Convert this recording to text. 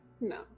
no